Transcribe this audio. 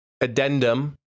addendum